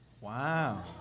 Wow